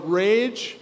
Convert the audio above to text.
rage